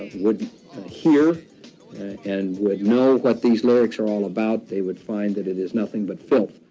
would hear and would know what these lyrics are all about. they would find it it is nothing but filth.